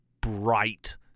bright